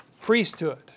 priesthood